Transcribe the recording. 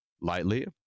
lightly